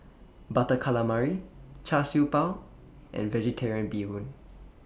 Butter Calamari Char Siew Bao and Vegetarian Bee Hoon